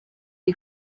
iyi